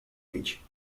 age